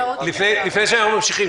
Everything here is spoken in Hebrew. לפני שאנחנו ממשיכים,